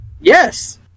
Yes